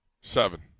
Seven